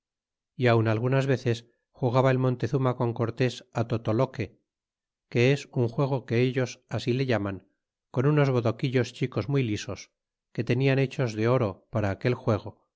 y aun algunas veces jugaba el montezuma con cortés al totoloque que es un juego que ellos así le llaman con unos bodoquillos chicos muy lisos que tenian hechos de oro para aquel juego